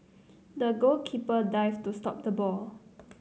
the goalkeeper dived to stop the ball